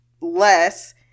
less